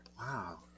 wow